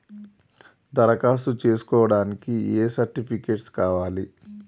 దరఖాస్తు చేస్కోవడానికి ఏ సర్టిఫికేట్స్ కావాలి?